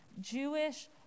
Jewish